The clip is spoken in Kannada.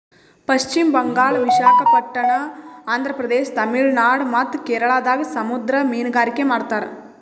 ಪಶ್ಚಿಮ್ ಬಂಗಾಳ್, ವಿಶಾಖಪಟ್ಟಣಮ್, ಆಂಧ್ರ ಪ್ರದೇಶ, ತಮಿಳುನಾಡ್ ಮತ್ತ್ ಕೇರಳದಾಗ್ ಸಮುದ್ರ ಮೀನ್ಗಾರಿಕೆ ಮಾಡ್ತಾರ